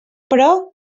però